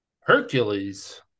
Hercules